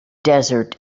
desert